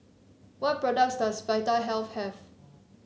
what products does Vitahealth have